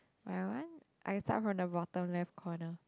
my one I start from the bottom left corner